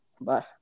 bye